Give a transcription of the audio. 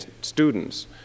students